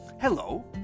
Hello